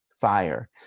fire